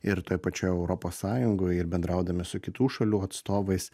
ir toj pačioj europos sąjungoj ir bendraudami su kitų šalių atstovais